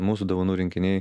mūsų dovanų rinkiniai